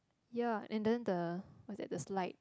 ya and then the what's that the slide